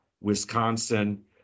wisconsin